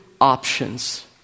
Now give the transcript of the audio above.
options